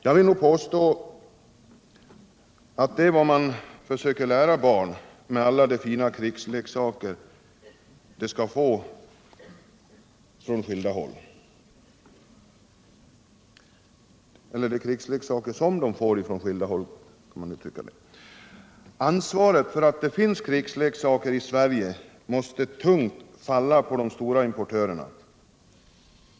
Jag vill nog påstå att det är vad man försöker lära barnen med alla de fina krigsleksaker de får från skilda håll. Ansvaret för att det finns krigsleksaker i Sverige måste falla tungt på de stora importörerna.